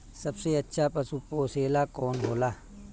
सबसे अच्छा पशु पोसेला कौन होला?